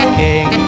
king